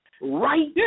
right